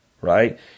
right